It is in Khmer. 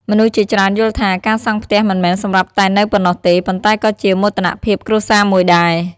មនុស្សជាច្រើនយល់ថា ការសង់ផ្ទះមិនមែនសម្រាប់តែនៅប៉ុណ្ណោះទេ ប៉ុន្តែក៏ជាមោទនភាពគ្រួសារមួយដែរ។